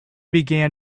began